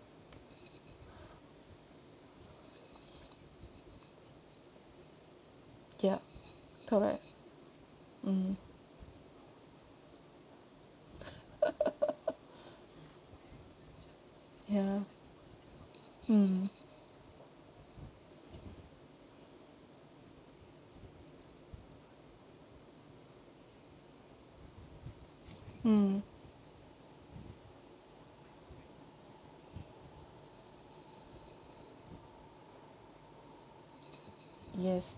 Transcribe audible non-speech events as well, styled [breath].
[breath] yup correct mmhmm [laughs] [breath] ya mm mm yes